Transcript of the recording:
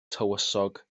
tywysog